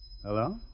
Hello